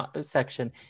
section